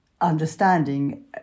understanding